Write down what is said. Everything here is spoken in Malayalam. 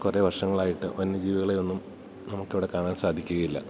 കുറെ വർഷങ്ങളായിട്ട് വന്യജീവികളെ ഒന്നും നമുക്ക് ഇവിടെ കാണാൻ സാധിക്കുകയില്ല